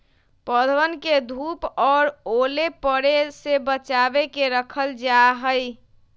पौधवन के धूप और ओले पड़े से बचा के रखल जाहई